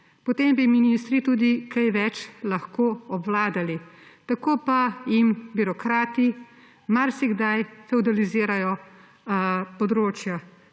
potem bi ministri tudi kaj več lahko obvladali. Tako pa jim birokrati marsikdaj fevdalizirajo področja.